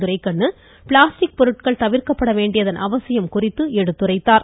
Duraikannu plastic பொருட்கள் தவிர்க்கப்பட வேண்டியதன் அவசியம் குறித்து எடுத்துரைத்தார்